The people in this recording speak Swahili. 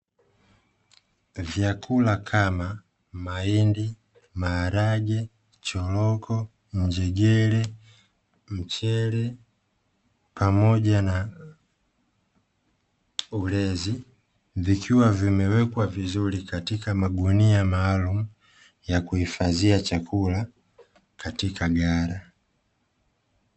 Vyakula kama maindi, maarage, choroko, njegere, mchele pamoja na ulezi vikiwa vimewekwa vizuri katika magunia maalum yakuifadhia chakula katika ghala.